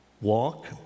Walk